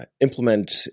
implement